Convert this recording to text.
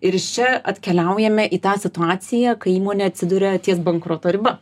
ir iš čia atkeliaujame į tą situaciją kai įmonė atsiduria ties bankroto riba